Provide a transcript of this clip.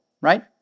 right